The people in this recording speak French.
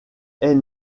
est